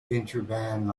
interurban